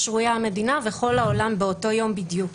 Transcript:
שרויה המדינה וכל העולם באותו יום בדיוק.